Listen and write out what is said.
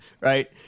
right